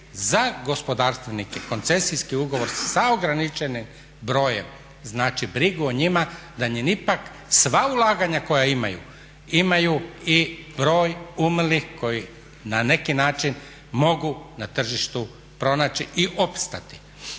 za gospodarstvenike koncesijski ugovor sa ograničenim brojem znači brigu o njima da im ipak sva ulaganja koja imaju imaju i broj umrlih koji na neki način mogu na tržištu pronaći i opstati.